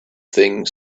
thing